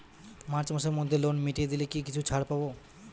March মাসের মধ্যে loan মিটিয়ে দিলে কি কিছু ছাড় পাব?